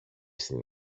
στην